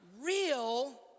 Real